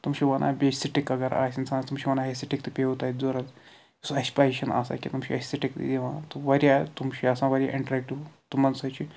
تِم چھِ ونان بیٚیہِ سِٹِک اگر آسہِ اِنسانَس تِم چھِ ونان ہے سِٹِک تہِ پیٚیو تۄہہِ ضوٚرتھ سُہ اَسہِ پَیی چھَنہٕ آسان کینٛہہ تِم چھِ اَسہِ سِٹِک تہِ دِوان تہٕ واریاہ تِم چھ آسان واریاہ اِنٹَریٚکٹِو تِمن سۭتۍ چھِ